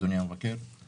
אדוני המבקר,